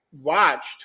watched